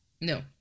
No